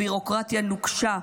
הביורוקרטיה נוקשה,